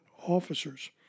officers